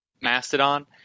Mastodon